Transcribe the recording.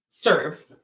serve